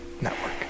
network